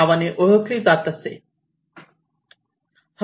नावाने ओळखली जात असे